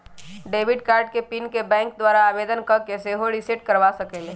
debit card के PIN के bank द्वारा आवेदन कऽ के सेहो रिसेट करबा सकइले